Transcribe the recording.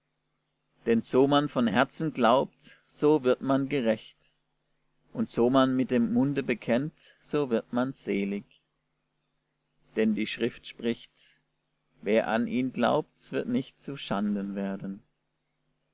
denn so man von herzen glaubt so wird man gerecht und so man mit dem munde bekennt so wird man selig denn die schrift spricht wer an ihn glaubt wird nicht zu schanden werden